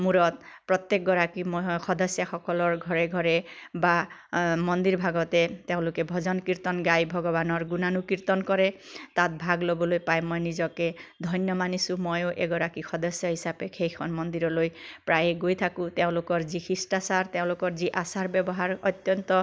মূৰত প্ৰত্যেকগৰাকী মহ সদস্যাসকলৰ ঘৰে ঘৰে বা মন্দিৰ ভাগতে তেওঁলোকে ভজন কীৰ্তন গাই ভগৱানৰ গুণানুকীৰ্তন কৰে তাত ভাগ ল'বলৈ পাই মই নিজকে ধন্য মানিছোঁ ময়ো এগৰাকী সদস্য হিচাপে সেইখন মন্দিৰলৈ প্ৰায়ে গৈ থাকোঁ তেওঁলোকৰ যি শিষ্টাচাৰ তেওঁলোকৰ যি আচাৰ ব্যৱহাৰ অত্যন্ত